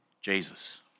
Jesus